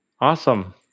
Awesome